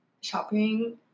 shopping